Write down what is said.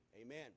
amen